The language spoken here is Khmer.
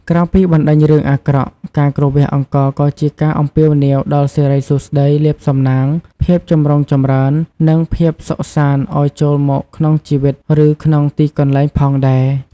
ក្រៅពីបណ្ដេញរឿងអាក្រក់ ការគ្រវាសអង្ករក៏ជាការអំពាវនាវដល់សិរីសួស្តី លាភសំណាង ភាពចម្រុងចម្រើន និងភាពសុខសាន្តឲ្យចូលមកក្នុងជីវិត ឬក្នុងទីកន្លែងផងដែរ។